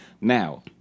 Now